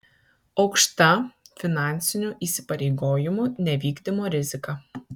aukšta finansinių įsipareigojimų nevykdymo rizika